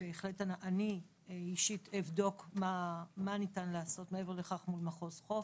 אני אישית אבדוק מה ניתן לעשות מעבר לכך מול מחוז חוף.